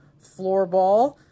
floorball